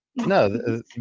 No